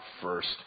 first